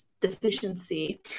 deficiency